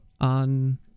on